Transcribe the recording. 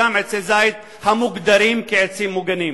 אותם עצי זית המוגדרים כעצים מוגנים.